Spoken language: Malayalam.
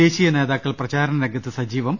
ദേശീയ ്നേതാക്കൾ പ്രചാരണ രംഗത്ത് സജീവം